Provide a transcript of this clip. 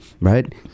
right